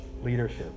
leadership